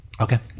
Okay